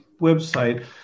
website